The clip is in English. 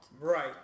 right